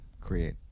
create